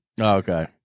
Okay